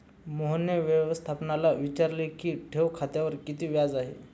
मोहनने व्यवस्थापकाला विचारले की ठेव खात्यावर किती व्याज आहे?